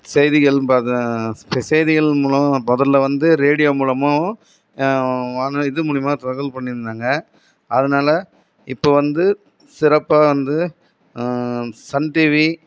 செய்திகள்னு பார்த்தா செய்திகள் மூலம் முதல்ல வந்து ரேடியோ மூலிமோ வானொலி இது மூலிமா தகவல் பண்ணியிருந்தாங்க அதனால் இப்போ வந்து சிறப்பாக வந்து சன் டிவி